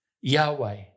Yahweh